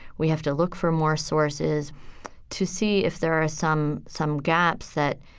we have to look for more sources to see if there are some, some gaps that,